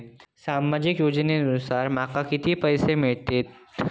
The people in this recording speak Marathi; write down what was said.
सामाजिक योजनेसून माका किती पैशे मिळतीत?